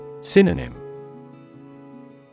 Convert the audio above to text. Synonym